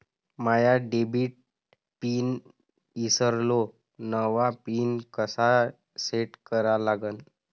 माया debit pin ईसरलो, नवा pin कसा सेट करा लागन?